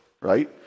right